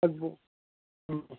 ꯑꯗꯨꯕꯨ ꯎꯝ